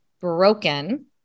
broken